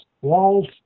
walls